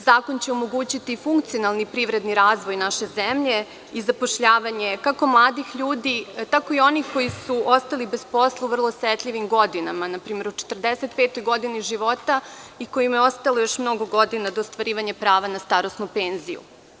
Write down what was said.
Zakon će omogućiti funkcionalni privredni razvoj naše zemlje i zapošljavanje, kako mladih ljudi, tako i onih koji su ostali bez posla u vrlo osetljivim godinama, na primer u 45-oj godini života, i kojima je ostalo još mnogo godina do ostvarivanja prava na starosnu penziju.